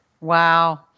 Wow